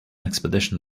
expedition